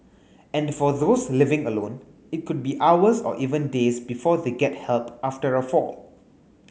and for those living alone it could be hours or even days before they get help after a fall